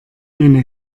eine